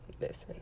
listen